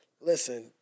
listen